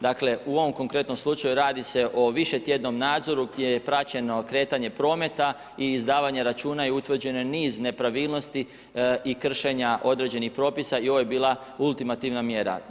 Dakle, u ovom konkretnom slučaju radi se o višetjednom nadzoru gdje je praćeno kretanje prometa i izdavanje računa i utvrđen je niz nepravilnosti i kršenja određenih propisa i ovo je bila ultimativna mjera.